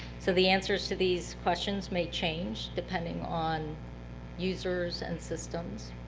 so the answers to these questions may change depending on users and systems.